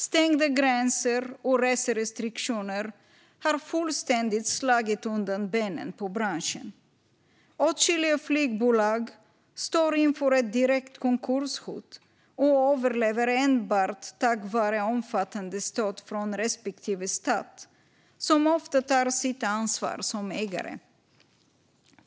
Stängda gränser och reserestriktioner har fullständigt slagit undan benen för branschen. Åtskilliga flygbolag står inför ett direkt konkurshot och överlever enbart tack vare omfattande stöd från respektive stat, som ofta tar sitt ansvar som ägare.